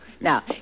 Now